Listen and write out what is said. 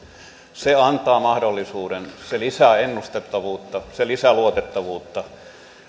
se antaa mahdollisuuden se lisää ennustettavuutta se lisää luotettavuutta